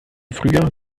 frühjahr